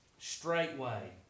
straightway